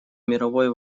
мировой